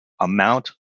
amount